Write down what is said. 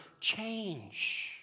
change